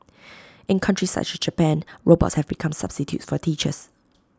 in countries such as Japan robots have become substitutes for teachers